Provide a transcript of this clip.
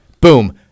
Boom